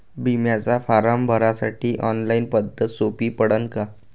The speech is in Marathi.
बिम्याचा फारम भरासाठी ऑनलाईन पद्धत सोपी पडन का?